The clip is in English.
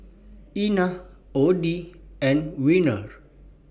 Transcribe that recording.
Ina Odie and Werner